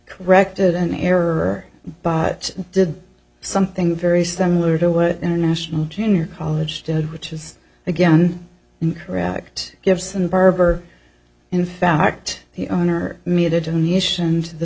corrected an error but did something very similar to what international junior college did which is again incorrect gibson barber in fact the owner